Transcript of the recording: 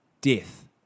Death